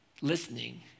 listening